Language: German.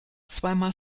zweimal